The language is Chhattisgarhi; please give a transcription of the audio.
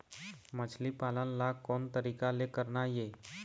मछली पालन ला कोन तरीका ले करना ये?